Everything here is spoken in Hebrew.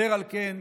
אשר על כן,